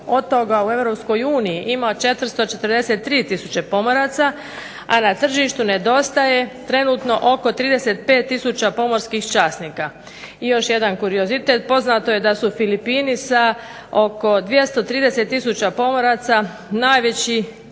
uniji ima 443000 pomoraca, a na tržištu nedostaje trenutno oko 35000 pomorskih časnika. I još jedan kuriozitet. Poznato je da su Filipini sa oko 230000 pomoraca najveći,